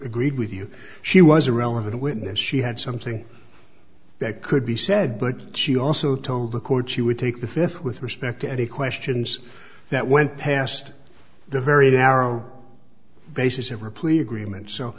agreed with you she was a relevant witness she had something that could be said but she also told the court she would take the fifth with respect to any questions that went past the very narrow basis of repleat agreement so